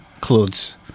clothes